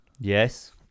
Yes